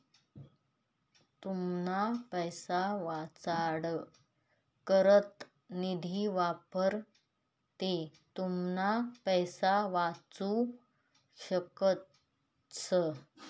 तुमना पैसा वाचाडा करता निधी वापरा ते तुमना पैसा वाचू शकस